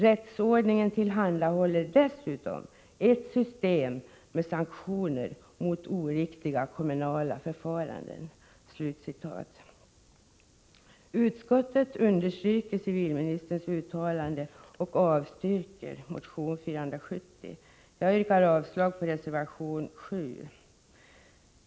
Rättsordningen tillhandahåller dessutom ett system med sanktioner mot oriktiga kommunala förfaranden.” Utskottet understryker civilministerns uttalande och avstyrker motion 470. Jag yrkar avslag på reservation 7.